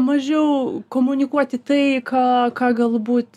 mažiau komunikuoti tai ką ką galbūt